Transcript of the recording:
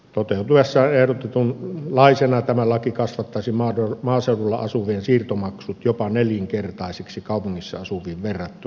toteutuessaan ehdotetunlaisena tämä laki kasvattaisi maaseudulla asuvien siirtomaksut jopa nelinkertaisiksi kaupungissa asuviin verrattuna